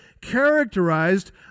characterized